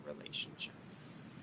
relationships